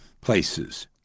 places